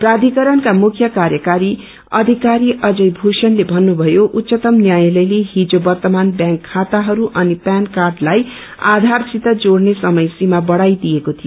प्राधिकरणका मुख्य कार्यकारी अधिकारी अजय भूषणले भन्नुषयो कि उच्चतम न्यायालयले हिज वर्तमान ब्यांक खाताहरू अनि प्यान कार्डलाई आधारसित जोडने समय सीमा बढ़ाइदिएको थियो